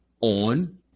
on